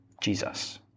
Jesus